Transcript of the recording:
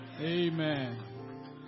amen